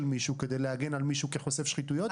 מישהו כדי להגן עליו כחושף שחיתויות.